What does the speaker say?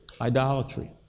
idolatry